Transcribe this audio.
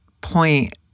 point